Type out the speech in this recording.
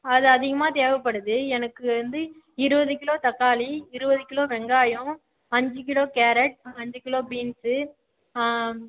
அது அதிகமாக தேவைப்படுது எனக்கு வந்து இருபது கிலோ தக்காளி இருபது கிலோ வெங்காயம் அஞ்சு கிலோ கேரட் அஞ்சு கிலோ பீன்ஸு